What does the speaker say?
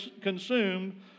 consumed